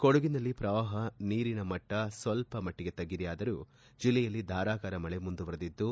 ಕೊಡಗಿನಲ್ಲಿ ಪ್ರವಾಹ ನೀರಿನ ಮಟ್ಟ ಸ್ವಲ್ಪ ಮಟ್ಟಗೆ ತಗ್ಗಿದೆಯಾದರೂ ಜಿಲ್ಲೆಯಲ್ಲಿ ಧಾರಕಾರ ಮಳೆ ಮುಂದುವರೆದಿದ್ದು